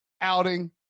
outing